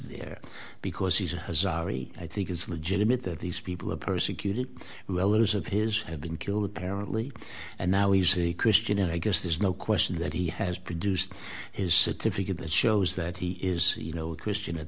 there because he's a very i think it's legitimate that these people are persecuted relatives of his have been killed apparently and now he's the christian i guess there's no question that he has produced his certificate that shows that he is you know a christian at